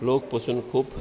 लोक पसून खूब